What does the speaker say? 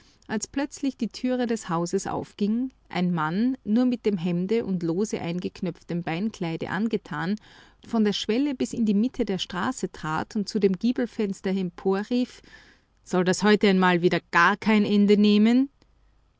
als plötzlich die türe des hauses aufging ein mann nur mit dem hemde und lose eingeknöpftem beinkleide angetan von der schwelle bis in die mitte der straße trat und zu dem giebelfenster emporrief soll das heute einmal wieder gar kein ende nehmen